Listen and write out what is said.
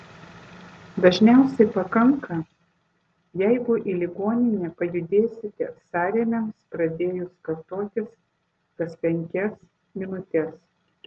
dažniausiai pakanka jeigu į ligoninę pajudėsite sąrėmiams pradėjus kartotis kas penkias minutes